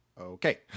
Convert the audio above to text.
okay